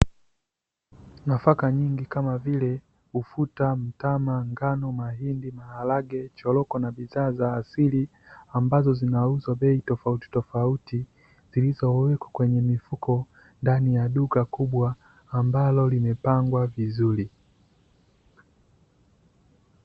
Nafaka nyingi, kama vile; ufuta, mtama, ngano, mahindi, maharage, choroko na bidhaa za asili, ambazo zinauzwa bei tofauti tofauti, zilizowekwa kwenye mifuko ndani ya duka kubwa ambalo limepangwa vizuri.